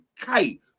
kite